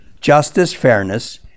justice-fairness